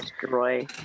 destroy